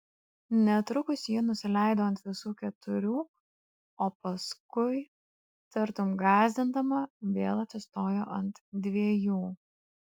netrukus ji nusileido ant visų keturių o paskui tartum gąsdindama vėl atsistojo ant dviejų